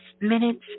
minutes